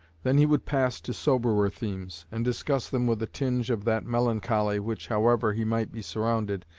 then he would pass to soberer themes, and discuss them with a tinge of that melancholy which, however he might be surrounded,